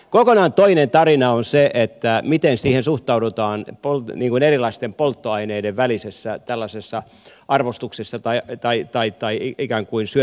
kokonaan toinen tarina on se miten siihen suhtaudutaan tällaisessa erilaisten polttoaineiden välisessä arvostuksessa tai ikään kuin syöttöjärjestyksessä